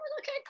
Okay